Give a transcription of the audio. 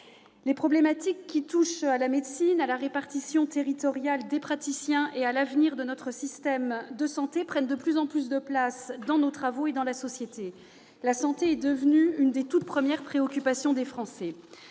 Les problématiques touchant à la médecine, à la répartition territoriale des praticiens et à l'avenir de notre système de santé prennent une place croissante dans nos travaux et dans la société. La santé est devenue l'une des toutes premières préoccupations des Français.